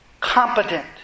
competent